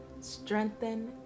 strengthen